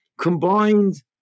combined